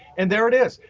and there it is.